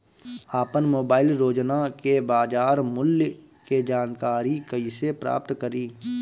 आपन मोबाइल रोजना के बाजार मुल्य के जानकारी कइसे प्राप्त करी?